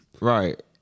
Right